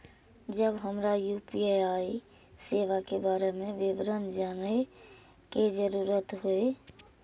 जब हमरा यू.पी.आई सेवा के बारे में विवरण जानय के जरुरत होय?